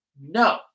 No